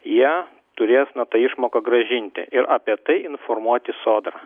jie turės na tą išmoką grąžinti ir apie tai informuoti sodrą